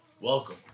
Welcome